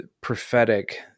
prophetic